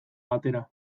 batera